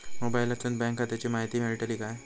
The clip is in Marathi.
मोबाईलातसून बँक खात्याची माहिती मेळतली काय?